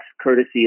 courtesy